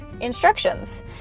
instructions